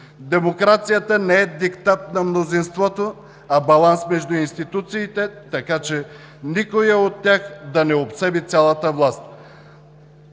Демокрацията не е диктат на мнозинството, а баланс между институциите, така че никоя от тях да не обсеби цялата власт.